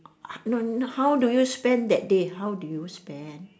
how no no how do you spend that day how do you spend